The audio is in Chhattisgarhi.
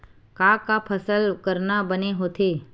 का का फसल करना बने होथे?